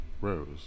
Rose